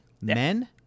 Men